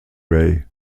ray